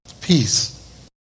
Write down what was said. peace